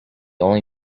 only